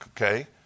Okay